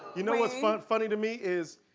you know what's funny to me is,